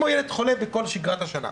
כמו ילד חולה בכל שגרת השנה.